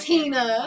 Tina